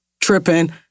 tripping